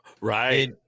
Right